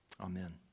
amen